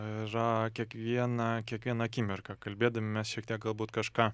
yra kiekvieną kiekvieną akimirką kalbėdami mes šiek tiek galbūt kažką